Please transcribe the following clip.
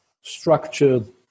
structured